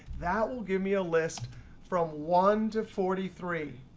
that will give me a list from one to forty three.